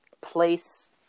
place